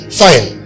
fine